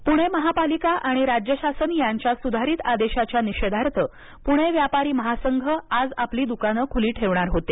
व्यापारी निर्णय प्णे महापालिका आणि राज्य शासन यांच्या सुधारित आदेशाच्या निषेधार्थ पुणे व्यापारी महासंघ आज आपली द्काने खुली ठेवणार होते